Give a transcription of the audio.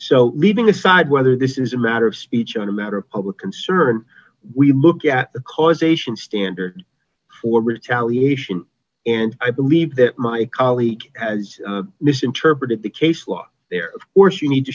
so leaving aside whether this is a matter of speech on a matter of public concern we look at the causation standard for retaliation and i believe that my colleague has misinterpreted the case law there of course you need to